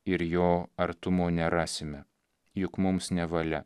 ir jo artumo nerasime juk mums nevalia